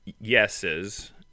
yeses